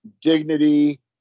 dignity